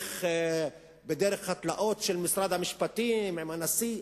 בדרך התלאות של משרד המשפטים עם הנשיא.